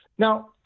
Now